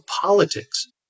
politics